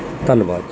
ਧੰਨਵਾਦ ਜੀ